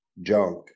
junk